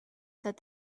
said